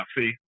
see